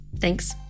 Thanks